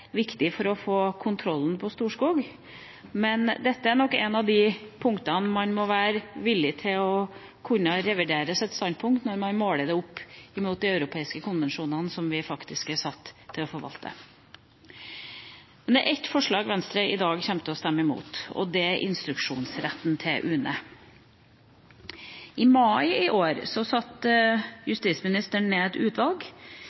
viktig for å få kontroll på Storskog. Men dette er nok et av de punktene der man må være villig til å kunne revidere sitt standpunkt, når man måler det mot de europeiske konvensjonene som vi faktisk er satt til å forvalte. Men det er ett forslag Venstre i dag kommer til å stemme imot, og det er forslaget som gjelder instruksjonsretten overfor UNE. I mai i år satte justisministeren ned et utvalg